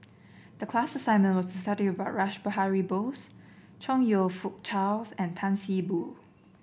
the class assignment was to study about Rash Behari Bose Chong You Fook Charles and Tan See Boo